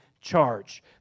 charge